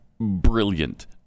brilliant